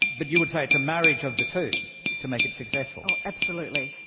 but you would say it's a marriage of the two to make it successful. absolutely.